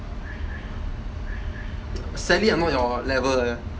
sadly I'm not your level lah